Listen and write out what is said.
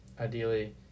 ideally